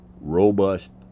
robust